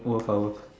wallflower